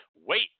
Wait